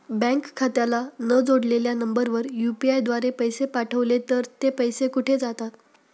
Bank खात्याला न जोडलेल्या नंबरवर यु.पी.आय द्वारे पैसे पाठवले तर ते पैसे कुठे जातात?